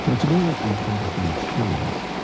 so it's an all-encompassing experience,